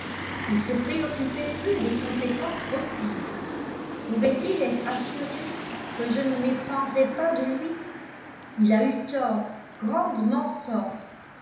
il se préoccupait peu des conséquences possibles pouvait-il être assuré que je ne m'éprendrais pas de lui il a eu tort grandement tort